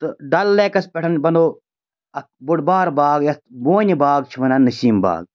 تہٕ ڈل لیکَس پٮ۪ٹھ بَنوٚو اَکھ بوٚڈ بارٕ باغ یَتھ بونہِ باغ چھِ وَنان نسیٖم باغ